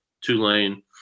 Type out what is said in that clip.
Tulane